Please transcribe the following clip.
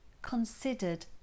considered